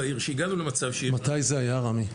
כשהגענו היום למצב --- מתי זה היה רמי?